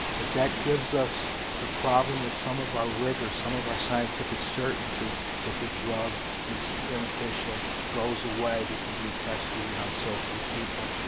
but that gives us the problem that some of our rigor, some of our scientific certainty that the drug is beneficial, goes away, because we tested it on so few people.